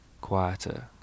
quieter